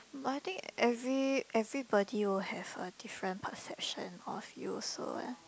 but I think every everybody will have a different perception of you so uh